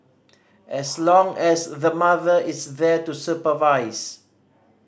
as long as the mother is there to supervise